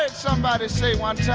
ah somebody say one time